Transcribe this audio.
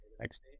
next